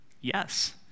Yes